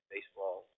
baseball